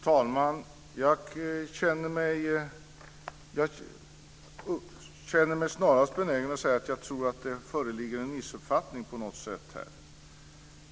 Fru talman! Jag känner mig snarast benägen att säga att jag tror att det på något sätt föreligger en missuppfattning här.